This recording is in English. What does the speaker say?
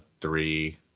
three